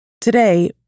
Today